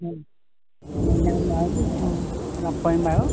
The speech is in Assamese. হয় যাম বাৰু দেই অঁ লগ কৰিম বাৰু